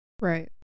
right